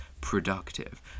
productive